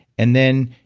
and then,